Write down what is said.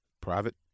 Private